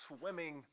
swimming